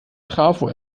trafo